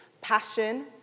passion